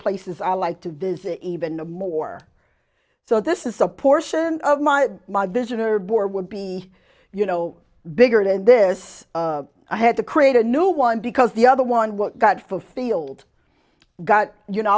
places i like to visit even more so this is a portion of my my business or bore would be you know bigger than this i had to create a new one because the other one what got full field got you know